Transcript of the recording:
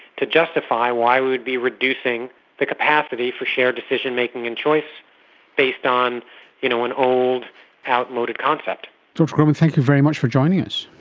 to justify why we would be reducing the capacity for shared decision-making and choice based on you know an old outmoded concept. so dr grobman, thank you very much for joining us.